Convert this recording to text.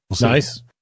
Nice